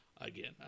again